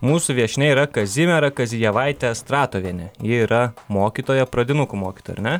mūsų viešnia yra kazimiera kazijevaitė astratovienė ji yra mokytoja pradinukų mokytoja ar ne